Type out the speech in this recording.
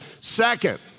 Second